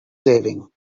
saving